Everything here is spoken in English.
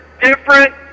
different